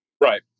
Right